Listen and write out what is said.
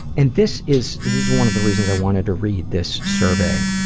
and this is, this is one of the reasons i wanted to read this survey,